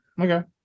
Okay